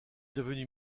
devenu